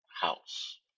house